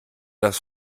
das